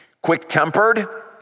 quick-tempered